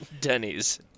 Denny's